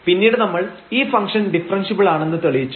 പിന്നീട് നമ്മൾ ഈ ഫംഗ്ഷൻ ഡിഫറൻഷ്യബിൾ ആണെന്ന് തെളിയിച്ചു